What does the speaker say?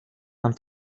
nam